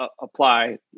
apply